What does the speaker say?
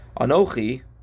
Anochi